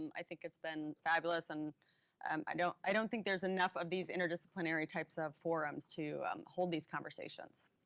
and i think it's been fabulous. and um i don't i don't think there's enough of these interdisciplinary types of forums to hold these conversations.